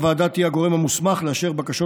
הוועדה תהיה הגורם המוסמך לאשר בקשות